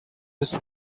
his